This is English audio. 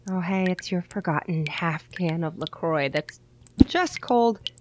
oh heeey, it's your forgotten half can of lacroix that's just cold,